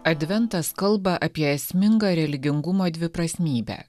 adventas kalba apie esmingą religingumo dviprasmybę